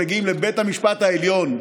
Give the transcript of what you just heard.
מגיעים לבית המשפט העליון,